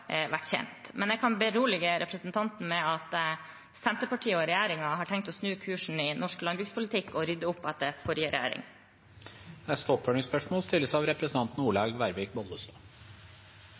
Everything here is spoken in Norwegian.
vært kjent. Jeg kan berolige representanten med at Senterpartiet og regjeringen har tenkt å snu kursen i norsk landbrukspolitikk og rydde opp etter forrige regjering. Olaug Vervik Bollestad – til oppfølgingsspørsmål.